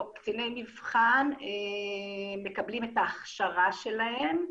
קציני מבחן מקבלים את ההכשרה שלהם,